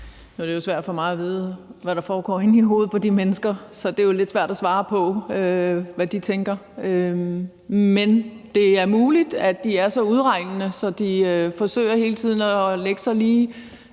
Nu er det jo svært for mig at vide, hvad der foregår inde i hovedet på de mennesker. Så det er lidt svært at svare på, hvad de tænker. Men det er muligt, at de er så beregnende, at de hele tiden forsøger at lægge sig, lige